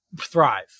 thrive